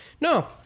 No